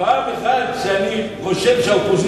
פעם אחת שאני חושב שאיש